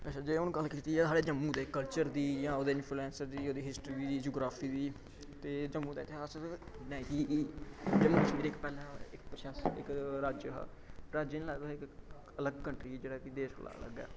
अच्छा जे हून गल्ल कीती जा साढ़े जम्मू दे कल्चर दी जां ओह्दे इनफ्लुएंसर दी ओह्दी हिस्ट्री दी जियोग्रॉफी दी ते जम्मू दे इ'त्थें अस जम्मू कश्मीर पैह्ले शासक राज्य हा राज्य निं इक अलग कंट्री देश कोला अलग ऐ